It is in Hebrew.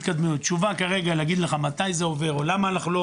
תשובה כרגע להגיד לך מתי זה עובר או למה אנחנו לא